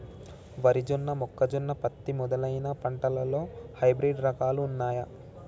వరి జొన్న మొక్కజొన్న పత్తి మొదలైన పంటలలో హైబ్రిడ్ రకాలు ఉన్నయా?